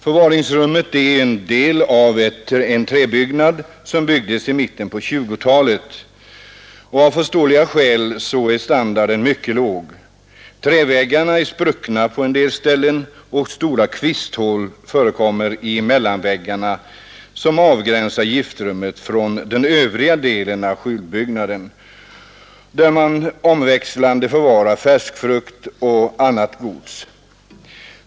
Förvaringsrummet är en del av en träbyggnad från mitten av 1920-talet. Av förståeliga skäl är standarden mycket låg. Träväggarna är spruckna på en del ställen och stora kvisthål förekommer i mellanväggen, som avgränsar giftrummet från den övriga delen av skjulbyggnaden, där man omväxlande förvarar färsk frukt och annat gods.